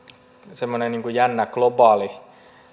semmoinen jännä globaali